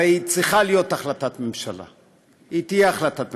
הרי צריכה להיות החלטת ממשלה, תהיה החלטת ממשלה.